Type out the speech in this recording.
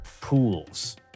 pools